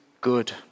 good